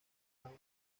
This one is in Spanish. jaume